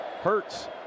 Hurts